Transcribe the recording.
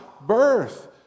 birth